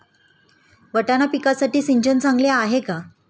वाटाणा पिकासाठी सिंचन चांगले आहे का?